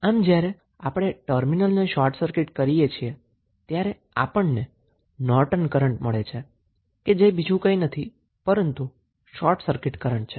આમ જ્યારે આપણે ટર્મિનલને શોર્ટ સર્કીટ કરીએ છીએ ત્યારે આપણને નોર્ટન કરન્ટ મળે છે જે બીજું કંઈ નથી પરંતુ શોર્ટ સર્કીટ કરન્ટ છે